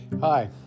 Hi